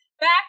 back